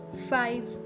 five